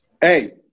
Hey